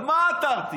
על מה עתרתי?